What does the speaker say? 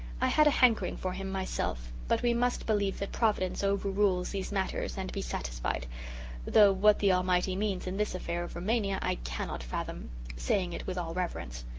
i had a hankering for him myself, but we must believe that providence over-rules these matters and be satisfied though what the almighty means in this affair of rumania i cannot fathom saying it with all reverence.